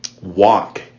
walk